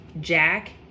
Jack